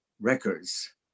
Records